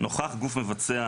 ״נוכח גוף מבצע״,